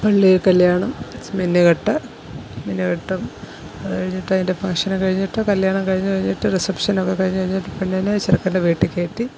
പള്ളിയിൽ കല്ല്യാണം ച്ച് മിന്നുകെട്ട് മിന്നു കെട്ടും അതു കഴിഞ്ഞിട്ട് അതിൻ്റെ ഫങ്ക്ഷനും കഴിഞ്ഞിട്ട് കല്ല്യാണം കഴിഞ്ഞ് കഴിഞ്ഞിട്ട് റിസപ്ഷനൊക്കെ കഴിഞ്ഞ് കഴിഞ്ഞിട്ട് പെണ്ണിനെ ചെറുക്കൻ്റെ വീട്ടിൽ കയറ്റി